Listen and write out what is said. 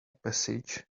passage